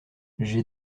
j’ai